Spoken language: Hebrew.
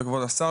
וכבוד השר,